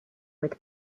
with